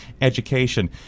education